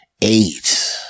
eight